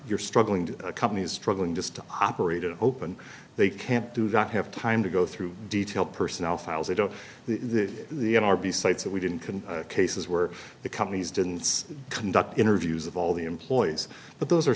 you're struggling to a company is struggling just to operate it open they can't do not have time to go through detail personnel files they don't the the rb sites that we didn't couldn't cases where the companies didn't conduct interviews of all the employees but those are